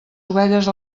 ovelles